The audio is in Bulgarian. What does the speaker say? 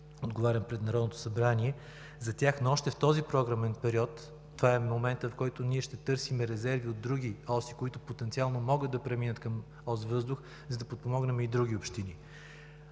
отговарям пред Народното събрание за тях, но още в този програмен период – това е моментът, в който ще търсим резерви от други оси, които потенциално могат да преминат към Ос „Въздух“, за да подпомогнем и други общини.